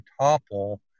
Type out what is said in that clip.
topple